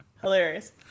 Hilarious